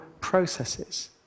processes